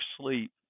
sleep